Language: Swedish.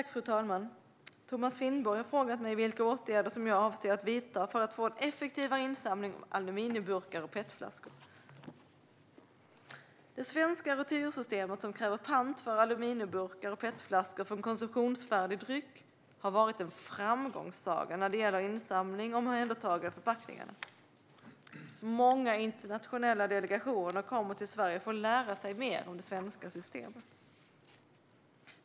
Fru talman! Thomas Finnborg har frågat mig vilka åtgärder som jag avser att vidta för att få en effektivare insamling av aluminiumburkar och petflaskor. Det svenska retursystemet, som kräver pant för aluminiumburkar och petflaskor för konsumtionsfärdig dryck, har varit en framgångssaga när det gäller insamling och omhändertagande av förpackningarna. Många internationella delegationer kommer till Sverige för att lära sig mer om det svenska systemet.